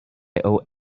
owe